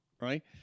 right